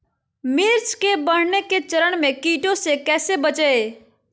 मिर्च के बढ़ने के चरण में कीटों से कैसे बचये?